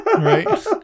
Right